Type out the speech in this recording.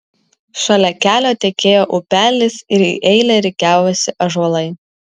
šalia kelio tekėjo upelis ir į eilę rikiavosi ąžuolai